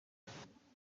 ocho